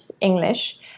English